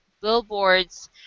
Billboard's